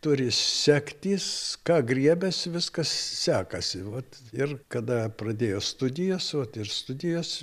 turi sektis ką griebiasi viskas sekasi vat ir kada pradėjo studijas vot ir studijos